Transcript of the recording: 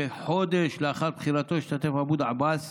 כחודש לאחר בחירתו השתתף אבו דעבאס